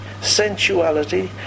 sensuality